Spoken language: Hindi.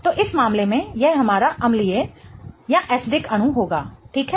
तो इस मामले में यह हमारा अम्लीय अणु होगा ठीक है